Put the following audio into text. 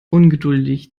ungeduldig